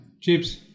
Chips